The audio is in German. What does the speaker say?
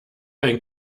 einen